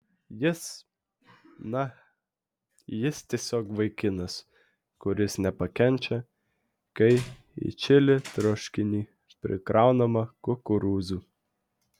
jis na jis tiesiog vaikinas kuris nepakenčia kai į čili troškinį prikraunama kukurūzų